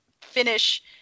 finish